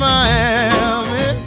Miami